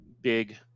big